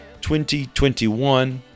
2021